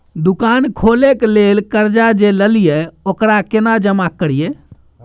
दुकान खोले के लेल कर्जा जे ललिए ओकरा केना जमा करिए?